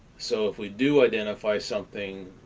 so, if we do identify something,